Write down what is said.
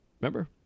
remember